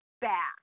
back